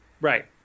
right